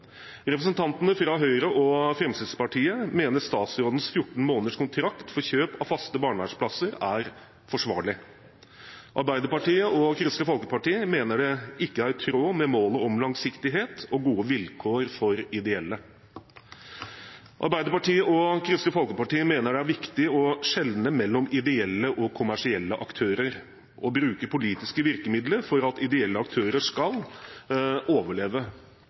Representantene fra Høyre og Fremskrittspartiet mener statsrådens 14 måneders kontrakt for kjøp av faste barnevernsplasser er forsvarlig. Arbeiderpartiet og Kristelig Folkeparti mener at det ikke er i tråd med målet om langsiktighet og gode vilkår for de ideelle. Arbeiderpartiet og Kristelig Folkeparti mener det er viktig å skjelne mellom ideelle og kommersielle aktører og bruke politiske virkemidler for at ideelle aktører skal overleve.